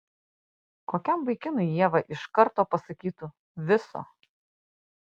kokiam vaikinui ieva iš karto pasakytų viso